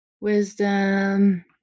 wisdom